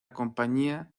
compañía